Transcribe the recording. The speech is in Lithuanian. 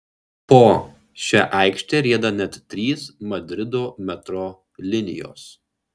po šia aikšte rieda net trys madrido metro linijos